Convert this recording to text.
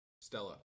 Stella